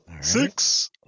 Six